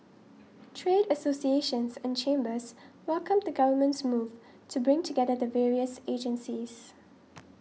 trade associations and chambers welcomed the Government's move to bring together the various agencies